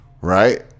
right